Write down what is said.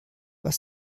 was